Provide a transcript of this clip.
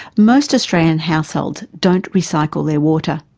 most australian households don't recycle their water.